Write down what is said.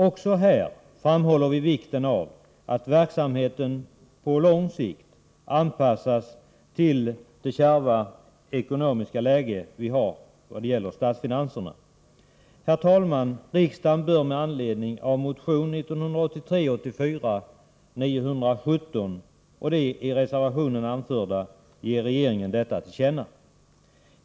Också här framhåller vi vikten av att verksamheten på lång sikt anpassas till det kärva statsfinansiella läget. Herr talman! Riksdagen bör med anledning av motion 1983/84:917 och det i reservationen anförda ge regeringen detta till känna.